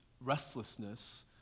restlessness